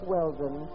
Weldon